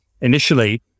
initially